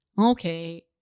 Okay